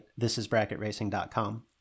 thisisbracketracing.com